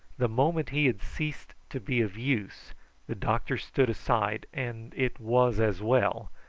the moment he had ceased to be of use the doctor stood aside, and it was as well,